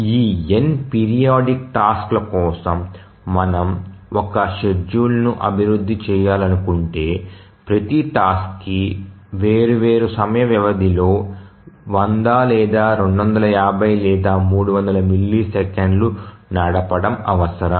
ఈ n periodic task ల కోసం మనము ఒక షెడ్యూల్ను అభివృద్ధి చేయాలనుకుంటే ప్రతి టాస్క్కి వేర్వేరు సమయ వ్యవధిలో 100 లేదా 250 లేదా 300 మిల్లీసెకన్లు నడపడం అవసరం